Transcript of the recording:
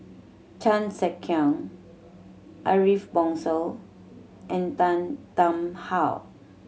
Chan Sek Keong Ariff Bongso and Tan Tarn How